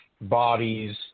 bodies